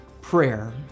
prayer